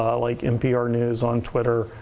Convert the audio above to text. like npr news on twitter,